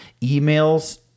Emails